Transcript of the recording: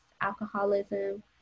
alcoholism